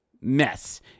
mess